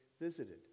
visited